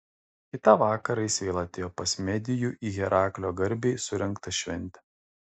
kitą vakarą jis vėl atėjo pas medijų į heraklio garbei surengtą šventę